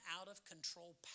out-of-control